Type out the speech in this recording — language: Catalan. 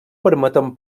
permeten